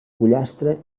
pollastre